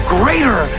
greater